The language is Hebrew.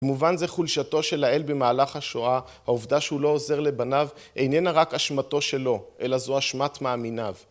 במובן זה חולשתו של האל במהלך השואה, העובדה שהוא לא עוזר לבניו, איננה רק אשמתו שלו, אלא זו אשמת מאמיניו.